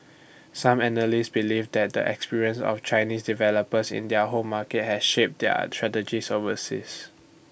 some analysts believe that the experience of Chinese developers in their home market has shaped their strategies overseas